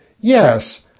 yes